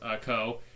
Co